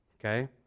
Okay